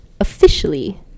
officially